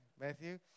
Matthew